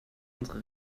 unsere